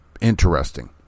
interesting